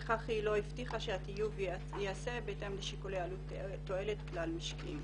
בכך היא לא הבטיחה שהטיוב ייעשה בהתאם לשיקולי עלות תועלת כלל משקיים.